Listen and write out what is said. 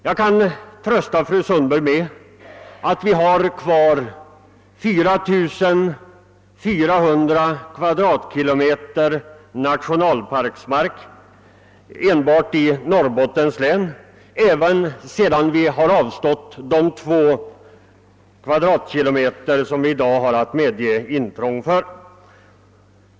Jag kan emellertid trösta fru Sundberg med att vi har kvar 4 400 kvadratkilometer nationalpark en bart i Norrbottens län, även sedan vi avstått från de två kvadratkilometer som vi i dag eventuellt kommer att medge intrång för.